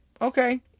okay